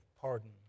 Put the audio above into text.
pardon